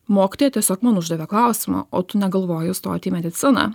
mokytoja tiesiog man uždavė klausimą o tu negalvoji stot į mediciną